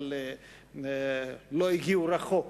אבל לא הגיעו רחוק,